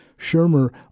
Shermer